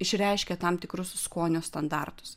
išreiškia tam tikrus skonio standartus